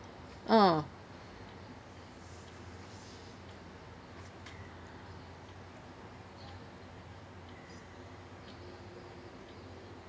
ah